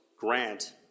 grant